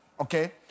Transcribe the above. Okay